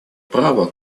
права